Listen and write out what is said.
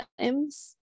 times